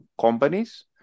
companies